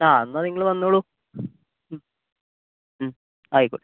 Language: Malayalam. ആ എന്നാൽ നിങ്ങൾ വന്നോളു ആയിക്കോട്ടെ